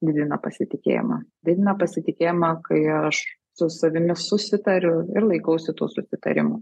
didina pasitikėjimą didina pasitikėjimą kai aš su savimi susitariu ir laikausi tų susitarimų